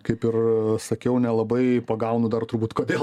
kaip ir sakiau nelabai pagaunu dar turbūt kodėl